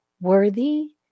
worthy